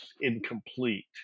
incomplete